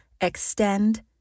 extend